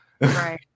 Right